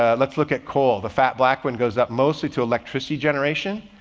ah let's look at call the fat black one goes up mostly to electricity generation,